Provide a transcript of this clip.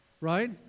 right